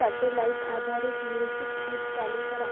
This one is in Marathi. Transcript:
सॅटेलाईट आधारित म्युझिक फीड चालू करा